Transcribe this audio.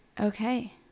Okay